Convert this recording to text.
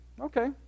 Okay